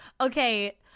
okay